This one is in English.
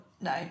No